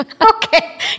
Okay